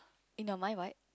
in your mind what